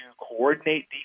coordinate